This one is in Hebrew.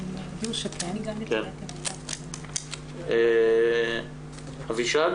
בינתיים ענבר חן-מאירי מהמשרד